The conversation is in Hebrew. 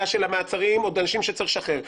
של המעצרים או של האנשים שצריך לשחרר,